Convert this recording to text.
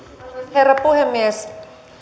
herra puhemies